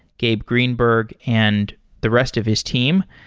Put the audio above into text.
gabe greenberg, and the rest of his team.